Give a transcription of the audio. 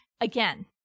again